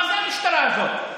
מה זה המשטרה הזאת?